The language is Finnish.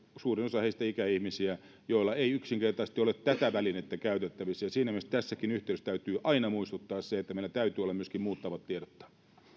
suurin osa heistä ikäihmisiä joilla ei yksinkertaisesti ole tätä välinettä käytettävissä ja siinä mielessä tässäkin yhteydessä täytyy aina muistuttaa se että meillä täytyy olla myöskin muut tavat tiedottaa